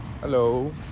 hello